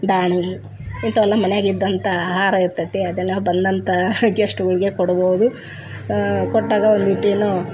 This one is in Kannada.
ದಾಣಿ ಇಂಥವೆಲ್ಲ ಮನೆಯಾಗ್ ಇದ್ದಂಥ ಆಹಾರ ಇರ್ತದೆ ಅದನ್ನು ಬಂದಂಥ ಗೆಸ್ಟ್ಗಳ್ಗೆ ಕೊಡ್ಬೋದು ಕೊಟ್ಟಾಗ ಒಂದೀಟ್ ಏನೋ